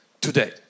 today